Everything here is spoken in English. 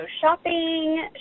shopping